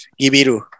Gibiru